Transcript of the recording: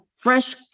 fresh